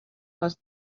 les